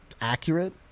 accurate